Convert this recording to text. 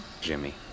Jimmy